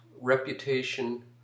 reputation